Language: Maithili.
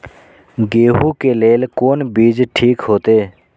गेहूं के लेल कोन बीज ठीक होते?